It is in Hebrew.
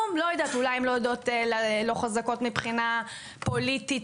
אולי הן לא חזקות מבחינה פוליטית,